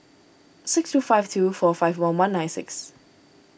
six two five two four five one one nine six